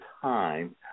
time